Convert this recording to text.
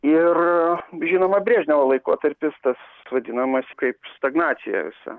ir žinoma brežnevo laikotarpis tas vadinamas kaip stagnacija visa